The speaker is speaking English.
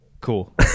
Cool